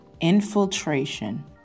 infiltration